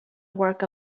work